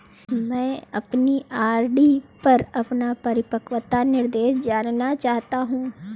मैं अपनी आर.डी पर अपना परिपक्वता निर्देश जानना चाहता हूँ